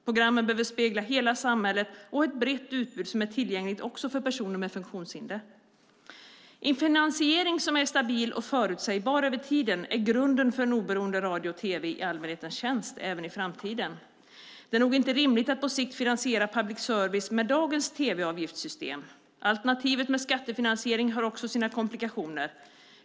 Programmen behöver spegla hela samhället och ha ett brett utbud som är tillgängligt också för personer med funktionshinder. En finansiering som är stabil och förutsägbar över tiden är grunden för en oberoende radio och tv i allmänhetens tjänst även i framtiden. Det är nog inte rimligt att på sikt finansiera public service med dagens tv-avgiftssystem. Alternativet med skattefinansiering har också sina komplikationer.